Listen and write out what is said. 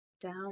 down